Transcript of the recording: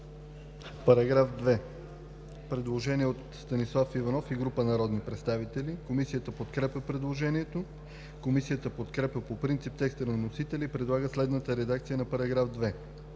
По § 2 има предложение от Станислав Иванов и група народни представители. Комисията подкрепя предложението. Комисията подкрепя по принцип текста на вносителя и предлага следната редакция на § 2: „§ 2.